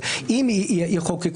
אני מציע --- אני רוצה להביא משהו